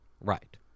Right